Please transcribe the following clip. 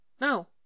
no